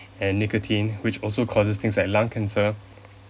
and nicotine which also causes things like lung cancer